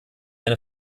eine